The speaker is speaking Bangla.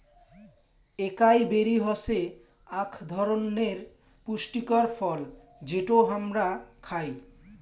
একাই বেরি হসে আক ধরণনের পুষ্টিকর ফল যেটো হামরা খাই